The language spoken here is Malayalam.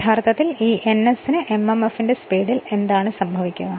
യഥാർഥത്തിൽ ഈ nsന് mmf ന്റെ സ്പീഡിൽ എന്താണ് സംഭവിക്കുക